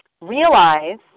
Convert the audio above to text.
realize